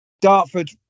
Dartford